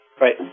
right